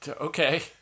Okay